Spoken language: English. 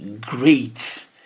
great